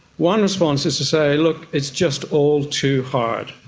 one response is to say, look, it's just all too hard,